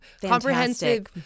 comprehensive